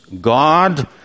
God